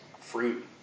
fruit